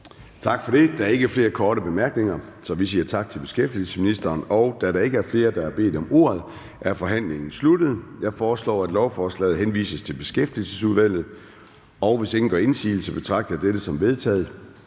Gade): Der er ikke flere korte bemærkninger, så vi siger tak til beskæftigelsesministeren. Da der ikke er flere, der har bedt om ordet, er forhandlingen sluttet. Jeg foreslår, at lovforslaget henvises til Beskæftigelsesudvalget. Hvis ingen gør indsigelse, betragter jeg dette som vedtaget.